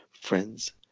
friends